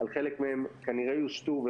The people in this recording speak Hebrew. חלק מהם כנראה יושתו,